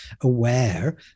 aware